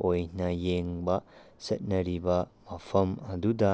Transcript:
ꯑꯣꯏꯅ ꯌꯦꯡꯕ ꯆꯠꯅꯔꯤꯕ ꯃꯐꯝ ꯑꯗꯨꯗ